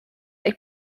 they